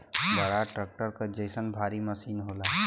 बड़ा ट्रक्टर क जइसन भारी मसीन होला